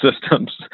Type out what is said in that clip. systems